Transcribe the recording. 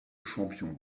champion